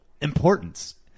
importance